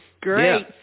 Great